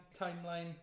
timeline